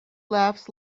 laughs